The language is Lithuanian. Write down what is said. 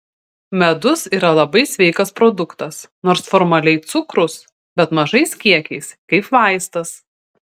medus yra labai sveikas produktas nors formaliai cukrus bet mažais kiekiais kaip vaistas